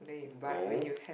no